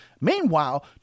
Meanwhile